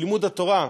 של לימוד התורה,